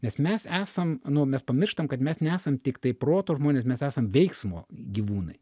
nes mes esam nu mes pamirštam kad mes nesam tiktai proto žmonės mes esam veiksmo gyvūnai